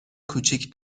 کوچیک